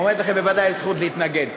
עומדת לכם בוודאי הזכות להתנגד.